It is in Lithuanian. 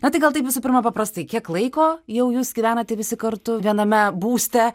na tai gal taip visų pirma paprastai kiek laiko jau jūs gyvenate visi kartu viename būste